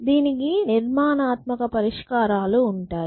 దీనికి నిర్మాణాత్మక పరిష్కారాలు ఉంటాయి